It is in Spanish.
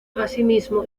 asimismo